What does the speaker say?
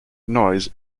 noise